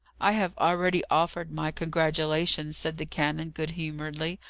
i have already offered my congratulations, said the canon, good humouredly,